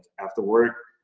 after work,